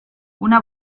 una